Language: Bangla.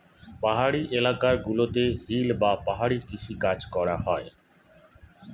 পাহাড়ি এলাকা গুলোতে হিল বা পাহাড়ি কৃষি কাজ করা হয়